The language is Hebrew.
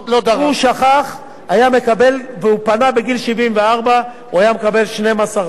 הוא שכח והוא פנה בגיל 74, הוא היה מקבל 12 חודש.